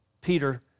Peter